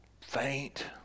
faint